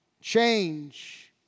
change